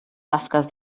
tasques